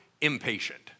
impatient